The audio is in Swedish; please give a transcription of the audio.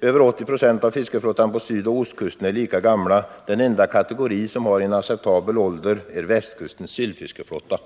Över 80 96 av fiskeflottan på sydoch ostkusten är lika gammal. Den enda kategori som har en acceptabel ålder är västkustens sillfiskeflotta.